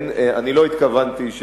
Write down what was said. אני לא התכוונתי,